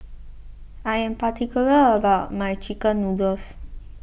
I am particular about my Chicken Noodles